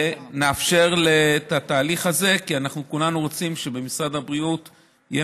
ונאפשר את התהליך הזה כי אנחנו כולנו רוצים שבמשרד הבריאות יהיה